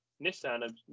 Nissan